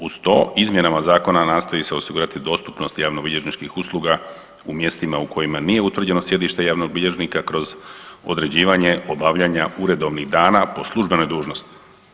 Uz to izmjenama zakona nastoji se osigurati dostupnost javnobilježničkih usluga u mjestima u kojima nije utvrđeno sjedište javnog bilježnika kroz određivanje obavljanja uredovnih dana po službenoj dužnosti.